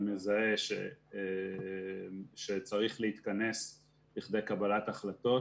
מזהה שצריך להתכנס לכדי קבלת החלטות.